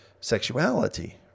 sexuality